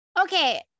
Okay